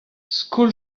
skol